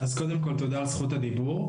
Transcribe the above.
קודם כל, תודה על זכות הדיבור.